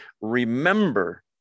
remember